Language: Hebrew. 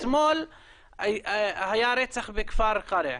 אתמול היה רצח בכפר קרע,